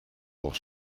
pour